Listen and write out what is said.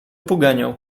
poganiał